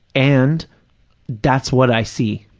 and that's what i see.